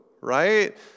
right